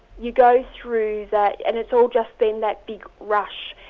you go through that, and it's all just been that big rush,